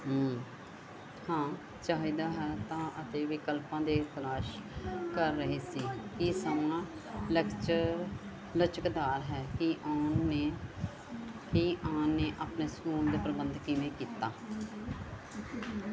ਹਾਂ ਚਾਹੀਦਾ ਹੈ ਤਾਂ ਅਤੇ ਵਿਕਲਪਾਂ ਦੀ ਤਲਾਸ਼ ਕਰ ਰਹੀ ਸੀ ਕੀ ਸਮਾਂ ਲਚਰ ਲਚਕਦਾਰ ਹੈ ਕੀ ਆਨ ਨੇ ਕੀ ਆਨ ਨੇ ਆਪਣੇ ਸਕੂਲ ਦਾ ਪ੍ਰਬੰਧ ਕਿਵੇਂ ਕੀਤਾ